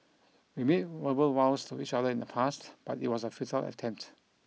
we made verbal vows to each other in the past but it was a futile attempt